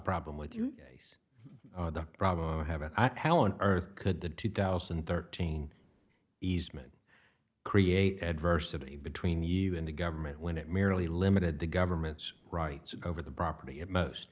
problem with you case the problem i have a how on earth could the two thousand and thirteen easement create adversity between you and the government when it merely limited the government's rights to cover the property of most